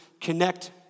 connect